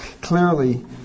clearly